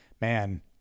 man